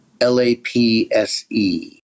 L-A-P-S-E